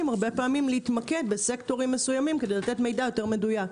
הרבה פעמים להתמקד בסקטורים מסוימים כדי לתת מידע יותר מדויק.